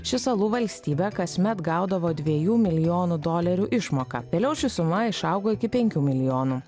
ši salų valstybė kasmet gaudavo dviejų milijonų dolerių išmoką vėliau ši suma išaugo iki penkių milijonų